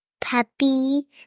Puppy